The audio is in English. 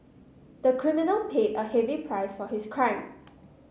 the criminal paid a heavy price for his crime